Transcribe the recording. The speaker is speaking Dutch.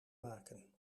maken